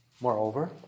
Moreover